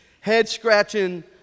head-scratching